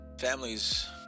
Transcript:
families